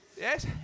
Yes